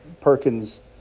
Perkins